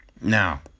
now